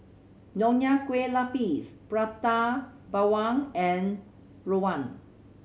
Nonya Kueh Lapis Prata Bawang and rawon